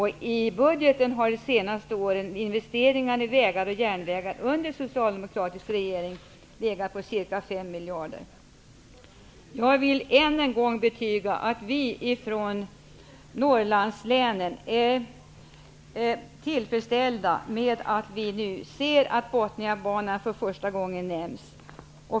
I den budget som den socialdemokratiska regeringen lade fram under de sista åren låg investeringar i vägar och järnvägar på ca 5 Jag vill än en gång betyga att vi från Norrlandslänen är tillfredsställda med att Bothniabanan nu för första gången nämns.